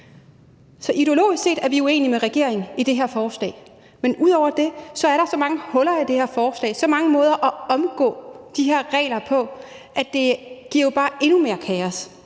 ideologisk set er vi uenige med regeringen i det her forslag, men ud over det er der så mange huller i det her forslag, så mange måder at omgå de her regler på, at det jo bare giver endnu mere kaos.